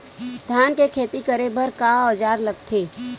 धान के खेती करे बर का औजार लगथे?